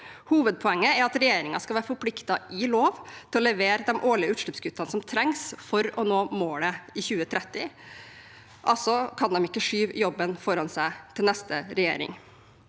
Hovedpoenget er at regjeringen skal være forpliktet ved lov til å levere de årlige utslippskuttene som trengs for å nå målet i 2030. Da kan de altså ikke skyve jobben foran seg til neste regjering.